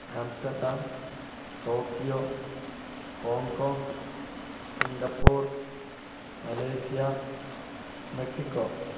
Amsterdam Tokyo Hong Kong Singapore Malaysia Mexico